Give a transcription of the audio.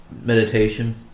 meditation